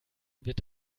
wird